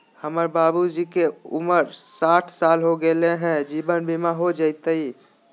हमर बाबूजी के उमर साठ साल हो गैलई ह, जीवन बीमा हो जैतई?